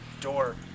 door